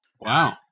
Wow